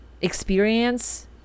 experience